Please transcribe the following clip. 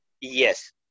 Yes